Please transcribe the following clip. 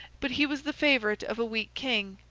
but he was the favourite of a weak king,